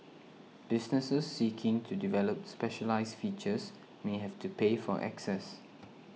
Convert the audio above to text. businesses seeking to develop specialised features may have to pay for access